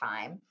time